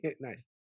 nice